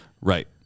Right